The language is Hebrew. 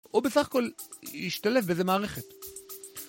או בסך הכל, להשתלב באיזה מערכת.